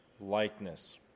likeness